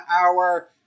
hour